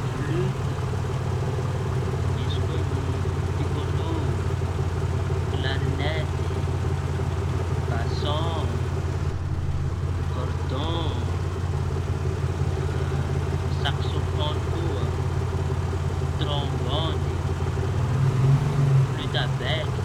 Flioty, misy koa ny pikôlô, klarinety, basaon, gôrdaon, da saksofaôny koa trômboly, fliotabeky.